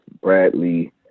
bradley